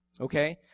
okay